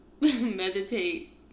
meditate